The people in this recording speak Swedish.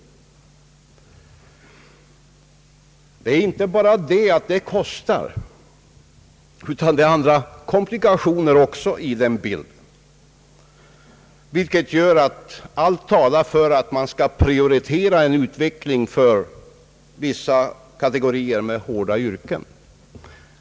Det gäller inte bara kostnaden, utan det finns också andra komplikationer med i bilden, vilket gör att allt talar för att man skall prioritera en utveckling för vissa kategorier med hårda yrken.